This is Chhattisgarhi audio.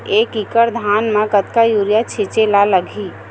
एक एकड़ धान में कतका यूरिया छिंचे ला लगही?